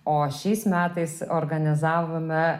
o šiais metais organizavome